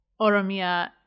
Oromia